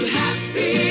happy